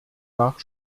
nach